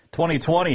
2020